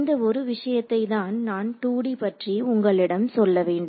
இந்த ஒரு விஷயத்தை தான் நான் 2D பற்றி உங்களிடம் சொல்ல வேண்டும்